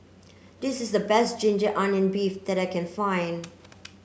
this is the best ginger onion beef that I can find